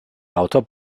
lauter